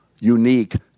unique